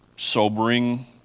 sobering